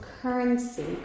currency